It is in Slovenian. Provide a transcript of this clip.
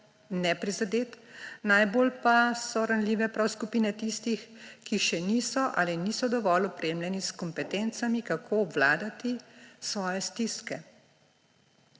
neprizadet, najbolj pa so ranljive prav skupine tistih, ki še niso ali niso dovolj opremljeni s kompetencami, kako obvladati svoje stiske.